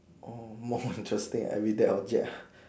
oh more interesting everyday rojak